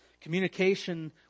Communication